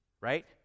right